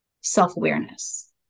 self-awareness